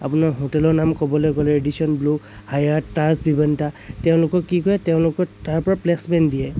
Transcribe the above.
আপোনাৰ হোটেলৰ নাম ক'বলৈ গ'লে আপোনাৰ Radisson Blu Hyatt Taj Vivanta তেওঁলোকে কি কৰে তেওঁলোকৰ তাৰ পৰা প্লেচমেণ্ট দিয়ে